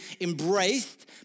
embraced